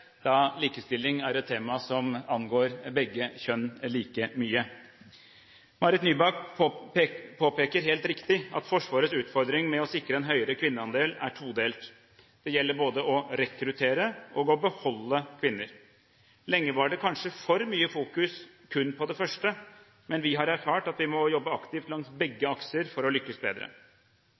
da likestilling er et tema som angår begge kjønn like mye. Marit Nybakk påpeker helt riktig at Forsvarets utfordring med å sikre en høyere kvinneandel er todelt. Det gjelder både å rekruttere og å beholde kvinner. Lenge var det kanskje for mye fokus kun på det første, men vi har erfart at vi må jobbe aktivt langs begge akser for å lykkes bedre.